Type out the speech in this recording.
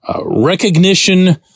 recognition